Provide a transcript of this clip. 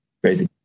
crazy